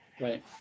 right